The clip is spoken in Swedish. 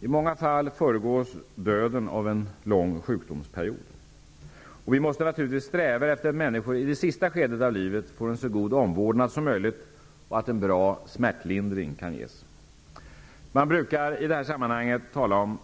I många fall föregås döden av en lång sjukdomsperiod. Vi måste naturligtvis sträva efter att människor i det sista skedet av livet får en så god omvårdnad som möjligt och att en bra smärtlindring kan ges. Man brukar i det här sammanhanget tala om